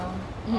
hmm